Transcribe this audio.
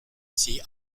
sie